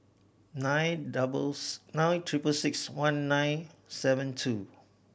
nine doubles nine triple six one nine seven two